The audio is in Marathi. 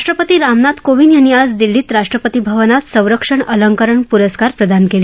राष्ट्रपती रामनाथ कोविंद यांनी आज दिल्लीत राष्ट्रपती भवनात संरक्षण अलंकरण प्रस्कार प्रदान केले